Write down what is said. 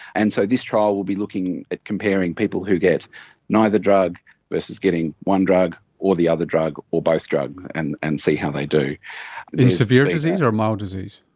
and so this trial will be looking at comparing people who get neither drug versus getting one drug or the other drug or both drugs and and see how they do. in severe disease or mild disease?